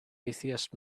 atheist